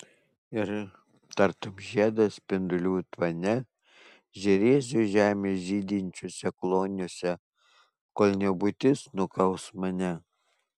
ir tartum žiedas spindulių tvane žėrėsiu žemės žydinčiuose kloniuose kol nebūtis nukaus mane